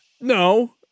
No